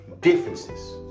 differences